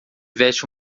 veste